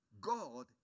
God